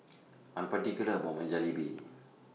I'm particular about My Jalebi